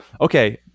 Okay